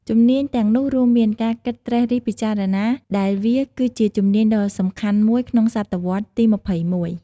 ជំនាញទាំងនោះរួមមាន ការគិតត្រិះរិះពិចារណា ដែលវាគឺជាជំនាញដ៏សំខាន់មួយក្នុងសតវត្សរ៍ទី២១។